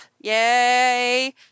Yay